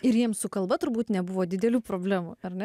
ir jiems su kalba turbūt nebuvo didelių problemų ar ne